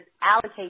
allocate